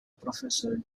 professor